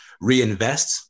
reinvest